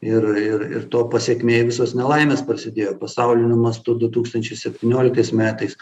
ir ir ir to pasekmė visos nelaimės prasidėjo pasauliniu mastu du tūkstančiai septynioliktais metais